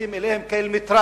מתייחסים אליהם רק כאל מטרד.